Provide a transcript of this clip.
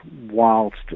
whilst